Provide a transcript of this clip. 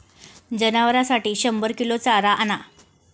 जनावरांसाठी शंभर किलो चारा आणा